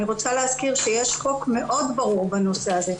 אני רוצה להזכיר שיש חוק מאוד ברור בנושא הזה,